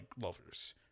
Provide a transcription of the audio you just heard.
lovers